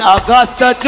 Augusta